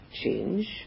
change